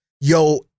yo